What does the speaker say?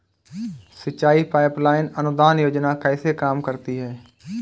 सिंचाई pipeline अनुदान योजना कैसे काम करती है?